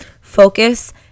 focus